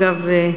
אגב,